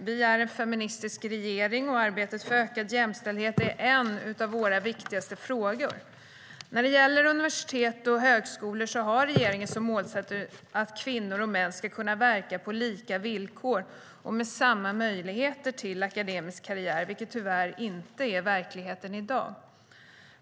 Vi är en feministisk regering, och arbetet för ökad jämställdhet är en av våra viktigaste frågor. När det gäller universitet och högskolor har regeringen som målsättning att kvinnor och män ska kunna verka på lika villkor och med samma möjligheter till akademisk karriär, vilket tyvärr inte är verkligheten i dag.